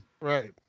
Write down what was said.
Right